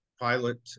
pilot